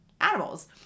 animals